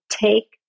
Take